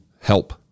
help